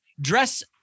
dress